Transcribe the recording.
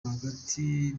rwagati